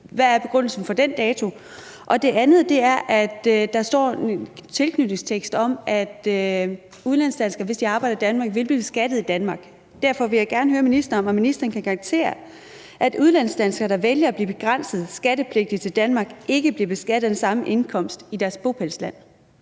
hvad begrundelsen for den dato er. Det andet er, at der står en tilknytningstekst om, at udlandsdanskere, hvis de arbejder i Danmark, vil blive beskattet i Danmark. Derfor vil jeg gerne høre ministeren, om ministeren kan garantere, at udenlandsdanskere, der vælger at blive begrænset skattepligtigt til Danmark, ikke bliver beskattet af den samme indkomst i deres bopælsland.